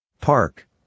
Park